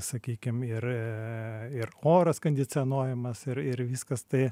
sakykim ir ir oras kondicionuojamas ir ir viskas tai